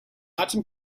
atem